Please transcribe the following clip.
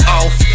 off